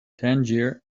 tangier